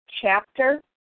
chapter